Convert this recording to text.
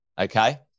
Okay